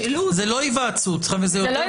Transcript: זה לא היוועצות.